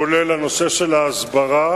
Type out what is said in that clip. כולל הנושא של ההסברה.